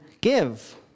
give